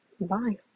bye